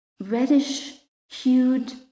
reddish-hued